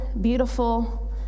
beautiful